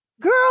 Girl